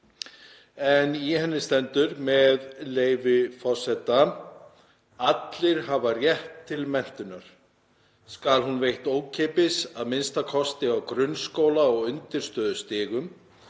Í henni stendur, með leyfi forseta: „Allir eiga rétt til menntunar. Skal hún veitt ókeypis, að minnsta kosti á grunnskóla- og undirstöðustigum.